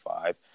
five